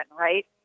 right